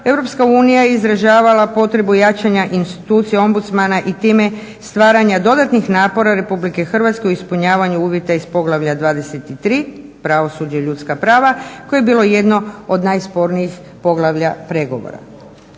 Europska unija je izražavala potrebu jačanja institucije ombudsmana i time stvaranja dodatnih napora Republike Hrvatske u ispunjavanju uvjeta iz poglavlja 23. – Pravosuđe i ljudska prava koje je bilo jedno od najspornijih poglavlja pregovora.